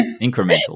incremental